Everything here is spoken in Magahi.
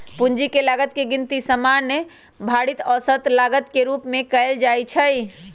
पूंजी के लागत के गिनती सामान्य भारित औसत लागत के रूप में कयल जाइ छइ